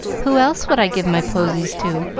who else would i give my posies to,